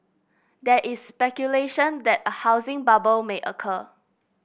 there is speculation that a housing bubble may occur